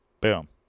Boom